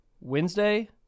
Wednesday